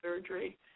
surgery